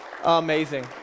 Amazing